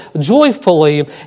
joyfully